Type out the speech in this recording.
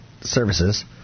Services